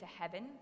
heaven